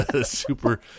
super